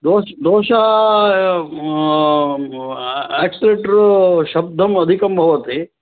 दोष् दोषाः एक्सलेटर् शब्दम् अधिकं भवति